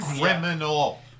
criminal